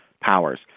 powers